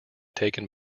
taken